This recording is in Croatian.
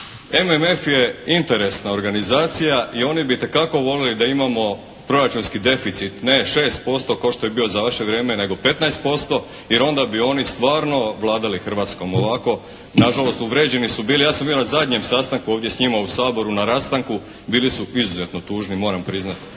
MMF je interesna organizacija i oni bi itekako volili da imamo proračunski deficit ne 6% kao što je bio za vaše vrijeme, nego 15% jer onda bi oni stvarno vladali Hrvatskom, ovako na žalost uvrijeđeni su bili. Ja sam bio na zadnjem sastanku ovdje s njima u Saboru na rastanku bili su izuzetno tužni moram priznati